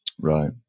Right